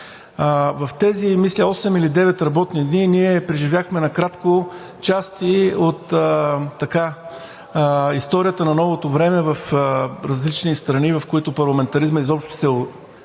осем или девет работни дни ние преживяхме накратко части от историята на новото време в различни страни, в които парламентаризмът изобщо се е утвърждавал.